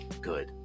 good